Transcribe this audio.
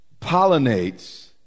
pollinates